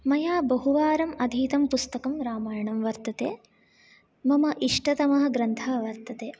मया बहुवारम् अधीतं पुस्तकं रामायणं वर्तते मम इष्टतमः ग्रन्थः वर्तते